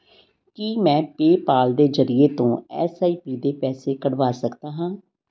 ਕੀ ਮੈਂ ਪੇਪਾਲ ਦੇ ਜ਼ਰੀਏ ਤੋਂ ਐਸ ਆਈ ਪੀ ਦੇ ਪੈਸੇ ਕਢਵਾ ਸਕਦਾ ਹਾਂ